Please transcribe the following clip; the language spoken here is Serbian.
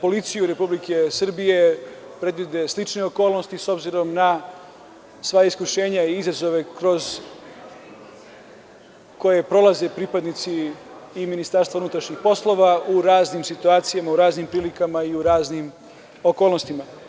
policiju Republike Srbije predvide slične okolnosti, s obzirom na sva iskušenja i izazove kroz koje prolaze pripadnici Ministarstva unutrašnjih poslova u raznim situacijama, u raznim prilikama i u raznim okolnostima.